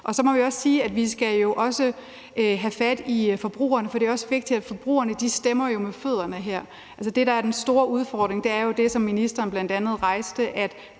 vi skal have fat i forbrugerne, for det er også vigtigt, og forbrugerne stemmer jo her med fødderne. Det, der er den store udfordring, er jo det, som ministeren bl.a. rejste,